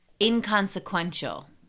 inconsequential